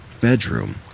bedroom